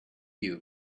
you